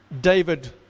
David